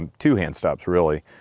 two hand stops really.